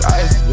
ice